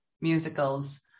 musicals